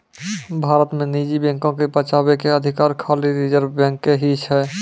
भारत मे निजी बैको के बचाबै के अधिकार खाली रिजर्व बैंक के ही छै